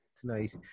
tonight